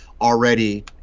already